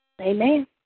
Amen